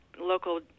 local